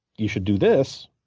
you should do this,